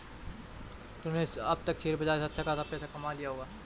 तुमने अब तक शेयर बाजार से अच्छा खासा पैसा कमा लिया होगा